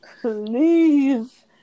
please